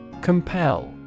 Compel